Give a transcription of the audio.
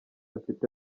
mfite